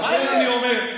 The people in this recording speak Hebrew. לכן אני אומר,